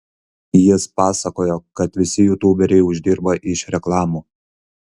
jis pasakojo kad visi jutuberiai uždirba iš reklamų